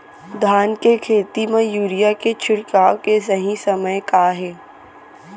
धान के खेती मा यूरिया के छिड़काओ के सही समय का हे?